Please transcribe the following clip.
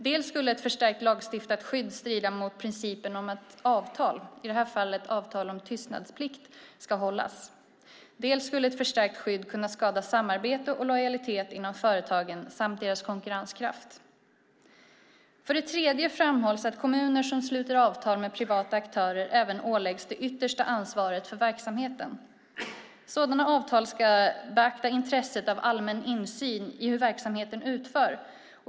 Dels skulle ett förstärkt lagstiftat skydd strida mot principen om att avtal, i det här fallet om tystnadsplikt, ska hållas, dels skulle ett förstärkt skydd kunna skada samarbete och lojalitet inom företagen samt deras konkurrenskraft. För det tredje framhålls att kommuner som sluter avtal med privata aktörer även åläggs det yttersta ansvaret för verksamheten. Sådana avtal ska beakta intresset av allmän insyn i hur verksamheten utförs.